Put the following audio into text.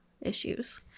issues